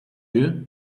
you